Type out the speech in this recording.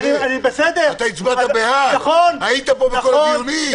אתה הצבעת בעד, היית פה בכל הדיונים.